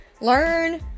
Learn